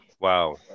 wow